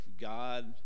God